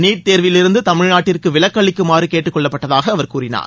NEET தேர்விலிருந்து தமிழ்நாட்டிற்கு விலக்களிக்குமாறு கேட்டுக் கொள்ளப்பட்டதாக அவர் கூறினார்